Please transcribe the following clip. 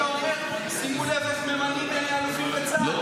מה שנשמע הוא שאתה אומר: שימו לב איך ממנים אלופים בצה"ל,